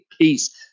peace